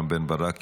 רם בן ברק,